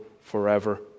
forever